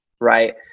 Right